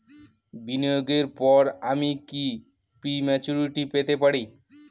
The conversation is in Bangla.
বিনিয়োগের পর আমি কি প্রিম্যচুরিটি পেতে পারি?